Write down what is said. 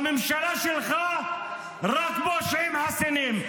בממשלה שלך רק פושעים חסינים.